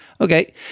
Okay